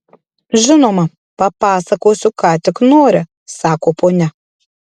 žinoma papasakosiu ką tik nori sako ponia